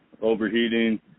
overheating